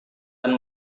dan